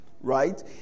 right